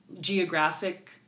geographic